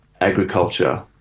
agriculture